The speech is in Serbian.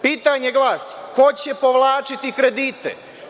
Pitanje glasi – ko će povlačiti kredite?